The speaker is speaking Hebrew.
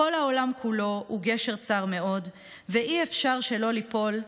/ כל העולם כולו הוא גשר צר מאוד / ואי-אפשר שלא ליפול,